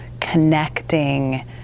connecting